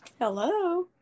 Hello